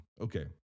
Okay